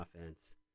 offense